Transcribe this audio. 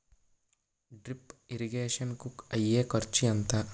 Drip irrigation కూ అయ్యే ఖర్చు ఎంత?